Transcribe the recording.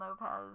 Lopez